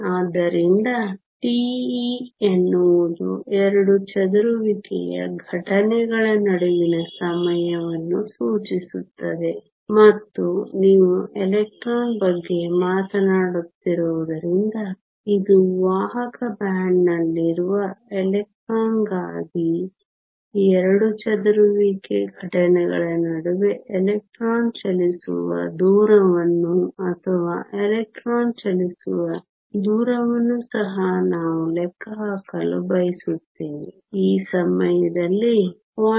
ಆದ್ದರಿಂದ τe ಎನ್ನುವುದು ಎರಡು ಚದುರುವಿಕೆಯ ಘಟನೆಗಳ ನಡುವಿನ ಸಮಯವನ್ನು ಸೂಚಿಸುತ್ತದೆ ಮತ್ತು ನೀವು ಎಲೆಕ್ಟ್ರಾನ್ ಬಗ್ಗೆ ಮಾತನಾಡುತ್ತಿರುವುದರಿಂದ ಇದು ವಾಹಕ ಬ್ಯಾಂಡ್ನಲ್ಲಿರುವ ಎಲೆಕ್ಟ್ರಾನ್ಗಾಗಿ ಈ ಎರಡು ಚದುರುವಿಕೆ ಘಟನೆಗಳ ನಡುವೆ ಎಲೆಕ್ಟ್ರಾನ್ ಚಲಿಸುವ ದೂರವನ್ನು ಅಥವಾ ಎಲೆಕ್ಟ್ರಾನ್ ಚಲಿಸುವ ದೂರವನ್ನು ಸಹ ನಾವು ಲೆಕ್ಕ ಹಾಕಲು ಬಯಸುತ್ತೇವೆ ಈ ಸಮಯದಲ್ಲಿ 0